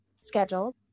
scheduled